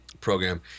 program